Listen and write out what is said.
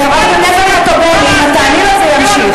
חברת הכנסת חוטובלי, אם את תעני לו זה יימשך.